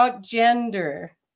gender